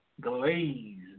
Glazed